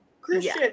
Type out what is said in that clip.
Christian